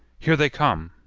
here they come!